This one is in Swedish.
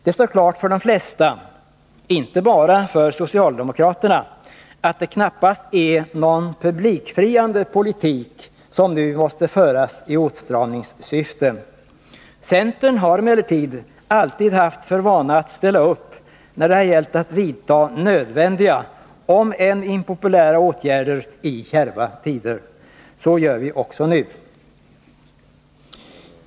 Det står klart för de flesta — inte bara för socialdemokraterna — att det knappast är någon publikfriande politik som nu måste föras i åtstramningssyfte. Centern har emellertid alltid haft för vana att ställa upp när det har gällt att vidta nödvändiga, om än impopulära, åtgärder i kärva tider. Så gör vi också nu.